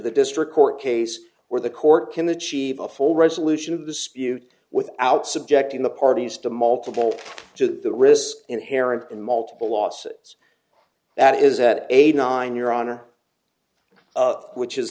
the district court case where the court can achieve a full resolution of the spew without subjecting the parties to multiple to the risk inherent in multiple lawsuits that is at eight nine your honor which is